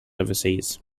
overseas